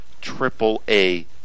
triple-A